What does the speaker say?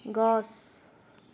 গছ